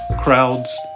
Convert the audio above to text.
crowds